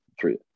three